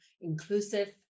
inclusive